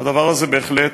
הדבר הזה בהחלט,